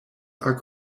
are